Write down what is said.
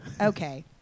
Okay